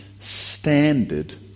standard